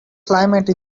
climate